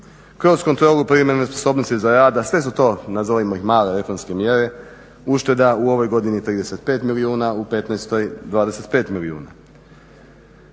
Kroz kontrolu privremene nesposobnosti za rad, a sve su to nazovimo ih male reformske mjere ušteda u ovoj godini 35 milijuna, u petnaestoj 25 milijuna.